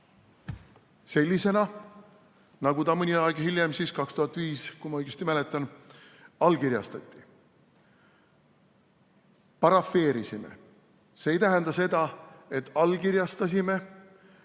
sellisena, nagu see mõni aeg hiljem – 2005, kui ma õigesti mäletan – allkirjastati. Parafeerisime. See ei tähenda seda, et allkirjastasime.